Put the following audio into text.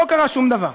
לא קרה שום דבר.